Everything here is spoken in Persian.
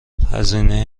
هزینه